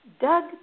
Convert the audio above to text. Doug